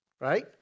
right